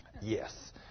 Yes